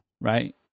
right